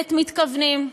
באמת מתכוונים,